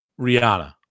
rihanna